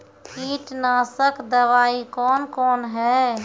कीटनासक दवाई कौन कौन हैं?